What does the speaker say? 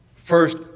First